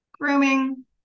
grooming